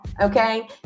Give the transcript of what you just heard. okay